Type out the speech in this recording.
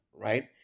right